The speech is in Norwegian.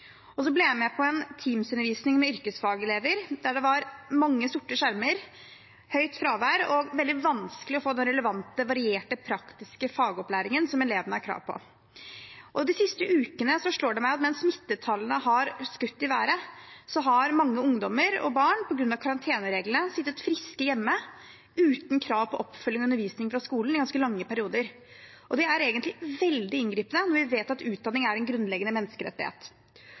Så ble jeg med på en Teams-undervisning med yrkesfagelever, der det var mange sorte skjermer, høyt fravær og veldig vanskelig å få den relevante, varierte og praktiske fagopplæringen som elevene har krav på. De siste ukene har det slått meg at mens smittetallene har skutt i været, har mange ungdommer og barn på grunn av karantenereglene sittet friske hjemme, uten krav på oppfølging og undervisning fra skolen, i ganske lange perioder. Det er egentlig veldig inngripende, når vi vet at utdanning er en grunnleggende menneskerettighet.